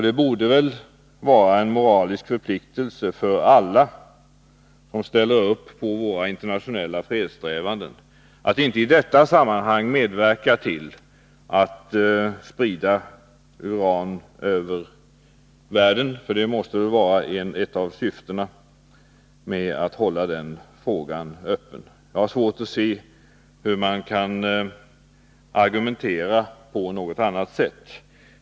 Det borde väl vara en moralisk förpliktelse för alla som ställer upp för våra internationella fredssträvanden att inte i detta sammanhang medverka till att sprida uran över världen — det måste väl vara ett av syftena med att hålla den frågan öppen. Jag har svårt att se hur man kan argumentera på något annat sätt.